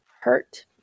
hurt